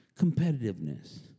competitiveness